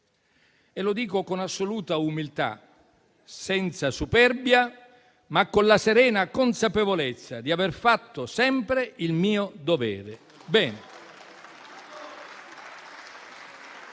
e lo dico con assoluta umiltà, senza superbia, ma con la serena consapevolezza di aver fatto sempre il mio dovere.